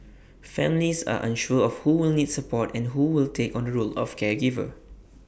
families are unsure of who will need support and who will take on the role of caregiver